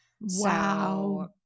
Wow